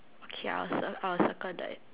K I'll cir~ I'll circle that